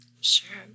Sure